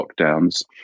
lockdowns